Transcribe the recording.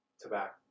tobacco